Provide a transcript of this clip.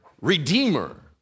redeemer